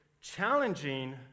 challenging